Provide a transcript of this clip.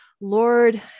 Lord